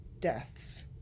deaths